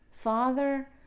Father